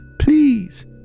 Please